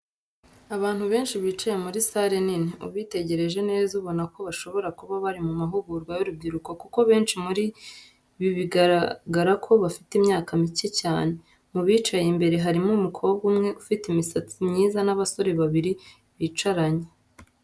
Abantu benshi bicaye muri sale nini. Ubitegereje neza ubona ko bashobora kuba bari mu mahugurwa y'urubyiruko kuko benshi muri bi bigaragara ko bafite imyaka mikeya cyane. Mu bicaye imbere harimo umukobwa umwe ufite imisatsi myiza n'abasore babiri bicaranye.